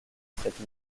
cette